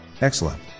Excellent